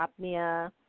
apnea